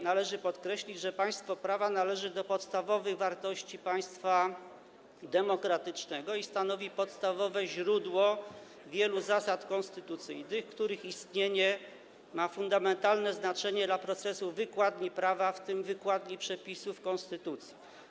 Należy podkreślić, że państwo prawa należy do podstawowych wartości państwa demokratycznego i stanowi podstawowe źródło wielu zasad konstytucyjnych, których istnienie ma fundamentalne znaczenie dla procesu wykładni prawa, w tym wykładni przepisów konstytucji.